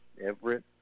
Everett